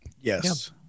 Yes